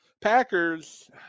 Packers